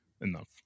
enough